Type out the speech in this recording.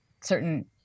certain